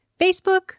Facebook